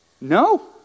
No